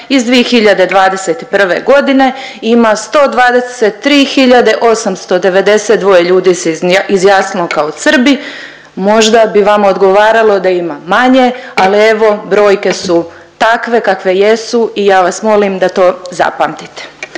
iz 2021. godine ima 123 hiljade 892 ljudi se izjasnilo kao Srbi. Možda bi vama odgovaralo da ima manje ali evo brojke su takve kakve jesu i ja vas molim da to zapamtite.